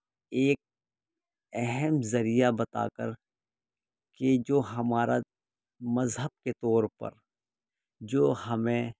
ایک اہم ذریعہ بتا کر کہ جو ہمارا مذہب کے طور پر جو ہمیں